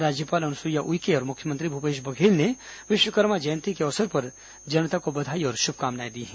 राज्यपाल अनुसुईया उइके और मुख्यमंत्री भूपेश बघेल ने विश्वकर्मा जयंती के अवसर पर जनता को बधाई और शुभकामनाएं दी हैं